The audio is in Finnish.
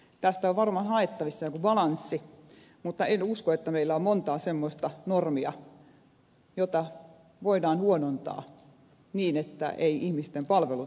tästä on varmaan haettavissa joku balanssi mutta en usko että meillä on monta semmoista normia joita voidaan huonontaa niin että eivät ihmisten palvelut siitä kärsi